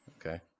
Okay